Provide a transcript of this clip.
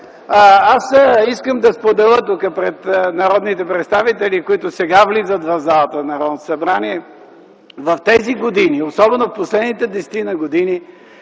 Искам да споделя пред народните представители, които сега влизат в залата на Народното събрание – в тези години, особено в последните десетина